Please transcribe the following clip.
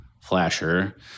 flasher